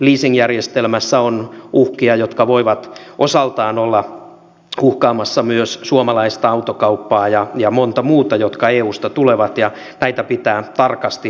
leasingjärjestelmässä on uhkia jotka voivat osaltaan olla uhkaamassa myös suomalaista autokauppaa ja monta muuta jotka eusta tulevat ja näitä pitää tarkasti seurata